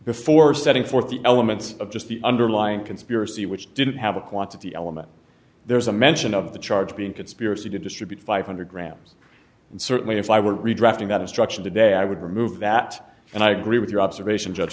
before setting forth the elements of just the underlying conspiracy which didn't have a quantity element there's a mention of the charge being conspiracy to distribute five hundred grams and certainly if i were redrafting that instruction today i would remove that and i agree with your observation judge